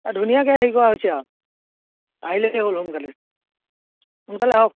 ধুনীয়াকে আহি কৰা হৈছে আও আহিলেকে হ'ল সোনকালে সোনকালে আহক